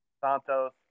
Santos